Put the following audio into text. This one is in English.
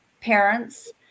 parents